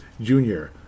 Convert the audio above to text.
junior